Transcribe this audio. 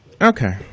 Okay